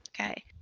Okay